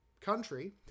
country